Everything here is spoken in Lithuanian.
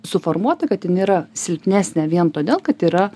suformuota kad jinai yra silpnesnė vien todėl kad yra